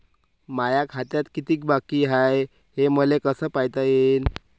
माया खात्यात कितीक बाकी हाय, हे मले कस पायता येईन?